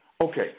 Okay